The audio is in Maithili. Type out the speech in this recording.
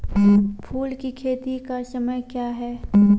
फुल की खेती का समय क्या हैं?